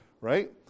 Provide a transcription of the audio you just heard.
Right